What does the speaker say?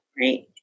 Right